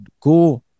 go